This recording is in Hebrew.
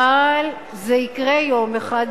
אבל זה יקרה יום אחד,